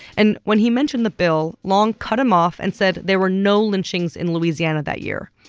and when he mentioned the bill, long cut him off and said there were no lynchings in louisiana that year.